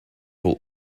will